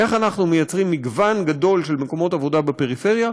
איך אנחנו מייצרים מגוון גדול של מקומות עבודה בפריפריה,